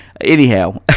anyhow